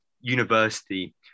university